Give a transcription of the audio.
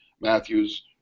Matthews